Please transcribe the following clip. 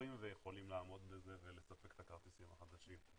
ערוכים ויכולים לעמוד בזה ולספק את הכרטיסים החדשים.